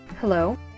Hello